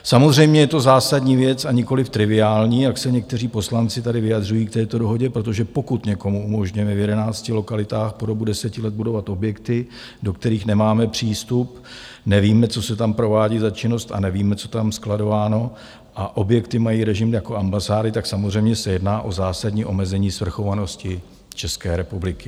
Samozřejmě je to zásadní věc a nikoliv triviální, jak se někteří poslanci tady vyjadřují k této dohodě, protože pokud někomu umožňujeme v 11 lokalitách po dobu 10 let budovat objekty, do kterých nemáme přístup, nevíme, co se tam provádí za činnost, a nevíme, co je tam skladováno, a objekty mají režim jako ambasády, tak samozřejmě se jedná o zásadní omezení svrchovanosti České republiky.